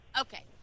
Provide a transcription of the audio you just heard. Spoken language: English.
Okay